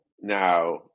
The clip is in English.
Now